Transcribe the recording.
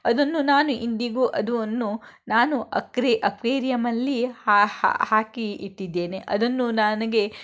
ಅದನ್ನು ನಾನು ಇಂದಿಗೂ ಅದನ್ನು ನಾನು ಅಕ್ರೆ ಅಕ್ವೆರಿಯಮ್ಮಲ್ಲಿ ಹಾಕಿ ಇಟ್ಟಿದ್ದೇನೆ ಅದನ್ನು ನನಗೆ